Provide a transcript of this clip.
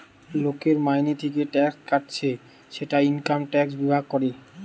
লোকের মাইনে থিকে ট্যাক্স কাটছে সেটা ইনকাম ট্যাক্স বিভাগ করে